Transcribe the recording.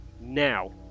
Now